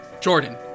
Jordan